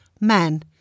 men